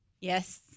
Yes